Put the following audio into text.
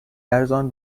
ارزان